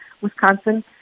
wisconsin